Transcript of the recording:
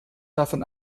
davon